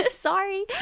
sorry